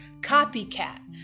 copycat